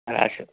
rush